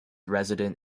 resident